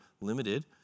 limited